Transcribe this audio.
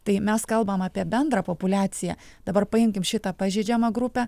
tai mes kalbam apie bendrą populiaciją dabar paimkim šitą pažeidžiamą grupę